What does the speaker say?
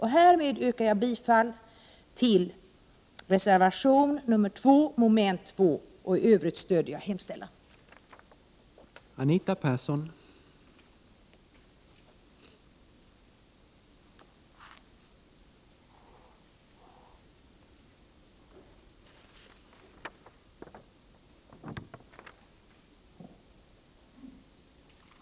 Härmed yrkar jag bifall till reservation 2 vid moment 2, och i övrigt stöder jag utskottets hemställan.